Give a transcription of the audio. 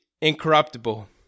incorruptible